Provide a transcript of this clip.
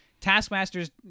Taskmaster's